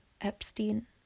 Epstein